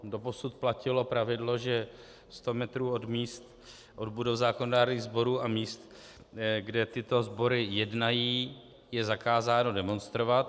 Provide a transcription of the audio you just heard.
Doposud platilo pravidlo, že sto metrů od míst, od budov zákonodárných sborů a míst, kde tyto sbory jednají, je zakázáno demonstrovat.